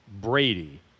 Brady